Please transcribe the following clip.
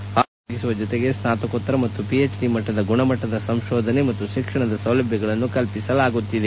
ಆರೋಗ್ಯ ಸೇವೆ ಒದಗಿಸುವ ಜತೆಗೆ ಸ್ನಾತಕೋತ್ತರ ಮತ್ತು ಪಿಎಚ್ ಡಿ ಮಟ್ಟದ ಗುಣಮಟ್ಟದ ಸಂಶೋಧನೆ ಮತ್ತು ಶಿಕ್ಷಣದ ಸೌಲಭ್ಯಗಳನ್ನು ಕಲ್ಪಿಸಲಾಗುತ್ತಿದೆ